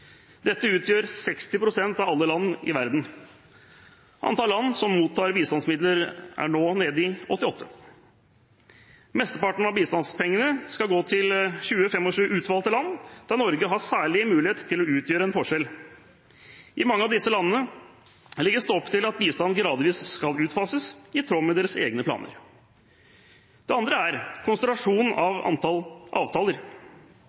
Dette utgjør 60 pst. av alle land i verden. Antall land som mottar bistandsmidler, er nå nede i 88. Mesteparten av bistandspengene skal gå til 20–25 utvalgte land, der Norge har særlig mulighet til å utgjøre en forskjell. I mange av disse landene legges det opp til at bistanden gradvis skal utfases, i tråd med deres egne planer. Det andre er konsentrasjonen av antall avtaler.